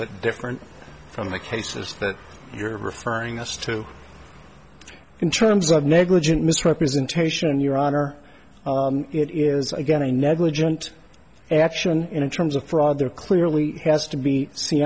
bit different from the cases that you're referring us too in terms of negligent misrepresentation in your honor it is again a negligent action in terms of fraud there clearly has to be